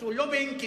עשו לובינג,